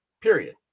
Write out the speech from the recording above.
period